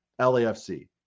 LAFC